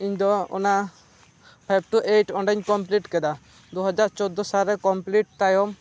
ᱤᱧ ᱫᱚ ᱚᱱᱟ ᱯᱷᱟᱭᱤᱵᱽ ᱴᱩ ᱮᱭᱤᱴ ᱚᱸᱰᱮᱧ ᱠᱳᱢᱯᱞᱤᱴ ᱠᱮᱫᱟ ᱫᱩᱦᱟᱡᱟᱨ ᱪᱳᱰᱽᱫᱳ ᱥᱟᱞᱨᱮ ᱠᱳᱢᱯᱤᱞᱤᱴ ᱛᱟᱭᱚᱢ